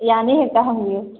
ꯌꯥꯅꯤ ꯍꯦꯛꯇ ꯍꯪꯕꯤꯌꯨ